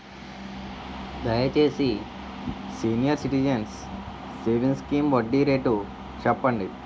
దయచేసి senior citizens savings scheme వడ్డీ rate చెప్పండి